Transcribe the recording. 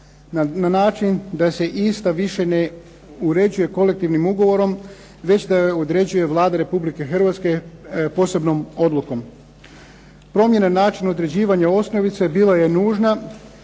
na način da se ista više ne uređuje kolektivnim ugovorom već da je određuje Vlada Republike Hrvatske posebnom odlukom. Promjena, način, određivanje osnovice bila je nužna